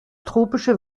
tropische